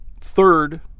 third